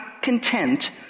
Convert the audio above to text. content